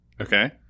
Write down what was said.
Okay